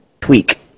tweak